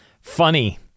Funny